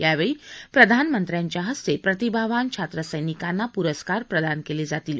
यावेळी प्रधानमंत्र्यांच्या हस्ते प्रतिभावान छात्रसर्विकांना पुरस्कार प्रदान केले जातील